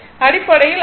அடிப்படையில் ஆர்